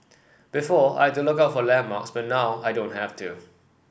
before I had to look out for landmarks but now I don't have to